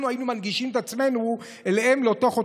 לא היינו אנחנו מנגישים להם אותם,